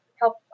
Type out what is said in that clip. help